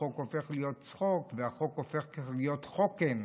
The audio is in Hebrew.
החוק הופך להיות צחוק, והחוק הופך להיות חוקן.